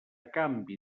canvi